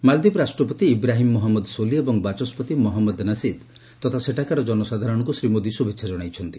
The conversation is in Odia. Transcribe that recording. ମାଳଦୀପର ରାଷ୍ଟ୍ରପତି ଇବ୍ରାହିମ୍ ମହମ୍ମଦ ସୋଲି ଏବଂ ବାଚସ୍କତି ମହମ୍ମଦ ନସିଦ୍ ତଥା ସେଠାକାର ଜନସାଧାରଣଙ୍କୁ ଶ୍ରୀ ମୋଦି ଶୁଭେଚ୍ଛା ଜଣାଇଛନ୍ତି